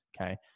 Okay